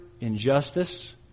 injustice